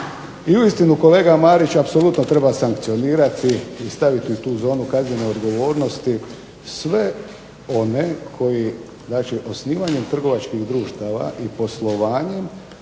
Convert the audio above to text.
I uistinu kolega Mariću apsolutno treba sankcionirati i staviti u tu zonu kaznene odgovornosti sve one koji, znači osnivanjem trgovačkih društava i poslovanjem